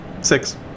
Six